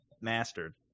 mastered